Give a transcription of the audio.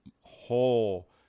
whole